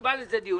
נקבע לזה דיון.